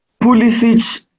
Pulisic